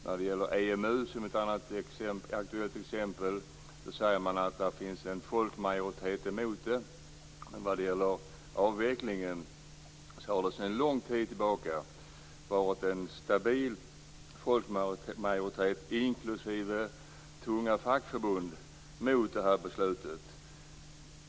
När det gäller EMU, ett annat aktuellt exempel, säger man att det finns en folkmajoritet emot det. När det gäller avvecklingen har det sedan lång tid tillbaka funnits en stabil folkmajoritet, inklusive tunga fackförbund, mot det beslutet.